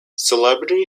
celebrity